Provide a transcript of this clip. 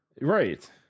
Right